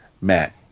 Matt